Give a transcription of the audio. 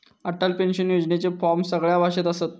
Atal pension योजनेचे form सगळ्या भाषेत असत